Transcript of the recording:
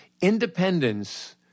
independence